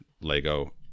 Lego